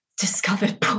discovered